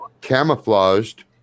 camouflaged